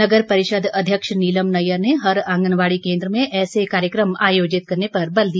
नगर परिषद अध्यक्ष नीलम नैय्यर ने हर आंगनबाड़ी केन्द्र में ऐसे कार्यक्रम आयोजित करने पर बल दिया